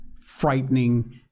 frightening